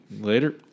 Later